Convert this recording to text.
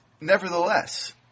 nevertheless